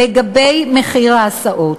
לגבי מחיר ההסעות,